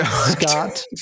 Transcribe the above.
Scott